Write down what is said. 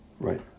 Right